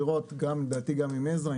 לדעתי גם עם עזרא,